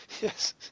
yes